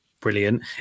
brilliant